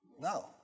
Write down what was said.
No